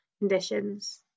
conditions